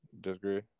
Disagree